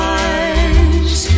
eyes